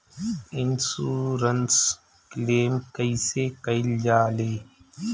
Insurance claim कइसे कइल जा ले?